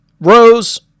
Rose